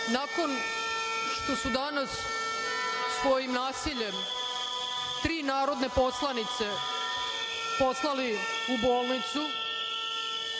nakon što su danas svojim nasiljem tri narodne poslanice poslali u bolnicu,